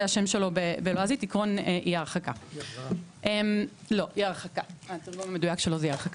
זה השם שלו בלועזית עיקרון אי ההרחקה זה התרגום המדויק שלו.